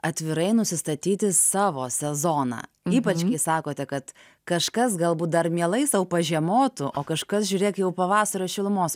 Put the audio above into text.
atvirai nusistatyti savo sezoną ypač kai sakote kad kažkas galbūt dar mielai sau pažiemotų o kažkas žiūrėk jau pavasario šilumos